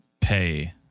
pay